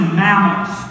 mammals